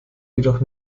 jedoch